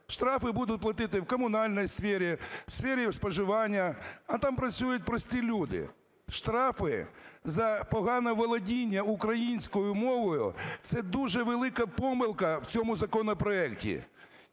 Штрафи будуть платити в комунальній сфері, сфері споживання, а там працюють прості люди. Штрафи за погане володіння українською мовою – це дуже велика помилка в цьому законопроекті.